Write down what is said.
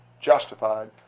justified